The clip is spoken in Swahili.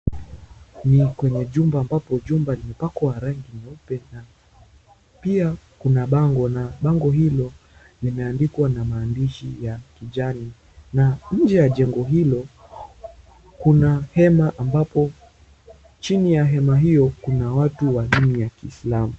Ni kwenye jumba ambapo jumba limepakwa rangi nyeupe na pia kuna bango na bango hilo limeandikwa na maandishi ya kijani na nje ya jengo hilo kuna hema ambapo chini ya hema hio kuna watu wa dini ya kiislamu.